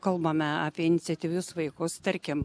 kalbame apie iniciatyvius vaikus tarkim